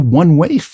one-way